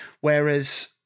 Whereas